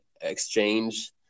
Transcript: exchange